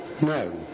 no